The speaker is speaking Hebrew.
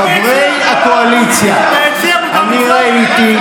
חברי הקואליציה, אני ראיתי.